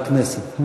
בכנסת.